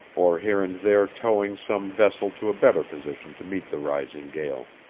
or here and there towing some vessel to a better position to meet the rising gale.